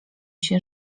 się